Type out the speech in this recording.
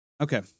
Okay